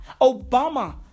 Obama